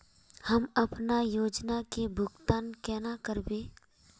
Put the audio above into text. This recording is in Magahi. हम अपना योजना के भुगतान केना करबे?